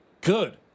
good